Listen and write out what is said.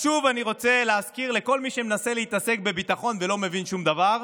אז שוב אני רוצה להזכיר לכל מי שמנסה להתעסק בביטחון ולא מבין שום דבר,